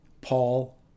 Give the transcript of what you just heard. Paul